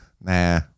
Nah